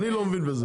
אני מבין.